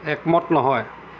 একমত নহয়